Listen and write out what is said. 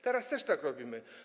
Teraz też tak robimy.